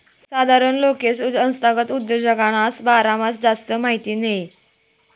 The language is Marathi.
साधारण लोकेसले संस्थागत उद्योजकसना बारामा जास्ती माहिती नयी